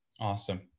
Awesome